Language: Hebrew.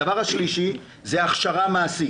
דבר נוסף זה הכשרה מעשית